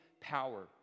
power